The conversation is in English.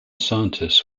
scientists